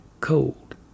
cold